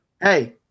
Hey